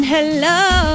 Hello